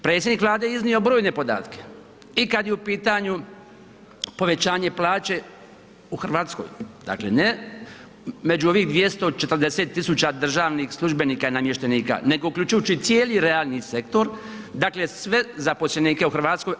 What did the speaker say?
Predsjednik Vlade je iznio brojne podatke i kada je u pitanju povećanje plaće u Hrvatskoj, dakle ne među ovih 240 tisuća državnih službenika i namještenika nego uključujući i cijeli realni sektor, dakle sve zaposlenike u Hrvatskoj.